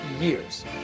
years